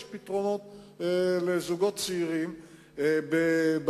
יש פתרונות לזוגות צעירים בפריפריה,